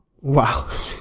Wow